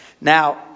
Now